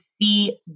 see